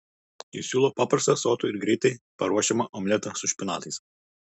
jis siūlo paprastą sotų ir greitai paruošiamą omletą su špinatais